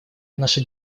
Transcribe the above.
наша